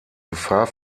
gefahr